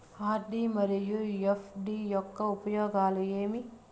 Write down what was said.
RD మరియు FD యొక్క ఉపయోగాలు ఏమి?